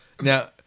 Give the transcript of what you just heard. Now